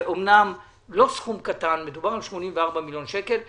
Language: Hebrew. אומנם זה לא סכום קטן, מדובר על 84 מיליון שקל.